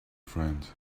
friend